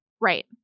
Right